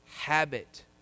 habit